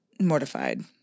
Mortified